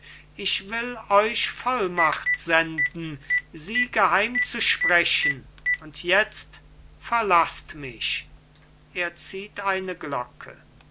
ich will euch vollmacht senden sie geheim zu sprechen und jetzt verlaßt mich er zieht eine glocke